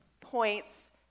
points